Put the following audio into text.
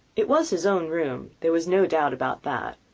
it was his own room. there was no doubt about that.